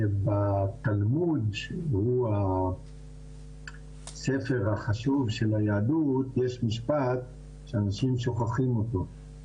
שבתלמוד שהוא הספר החשוב של היהדות יש משפט שאנשים שוכחים אותו,